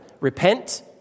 repent